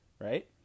right